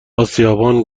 آسیابان